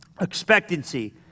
expectancy